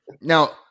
now